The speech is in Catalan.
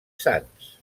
sans